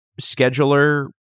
scheduler